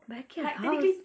backyard house